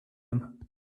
him